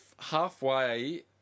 halfway